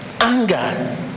anger